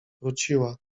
wróciła